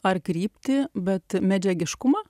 ar kryptį bet medžiagiškumą